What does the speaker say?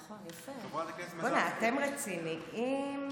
נכון, יפה, אתם רציניים.